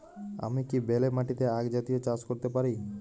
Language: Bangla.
আমি কি বেলে মাটিতে আক জাতীয় চাষ করতে পারি?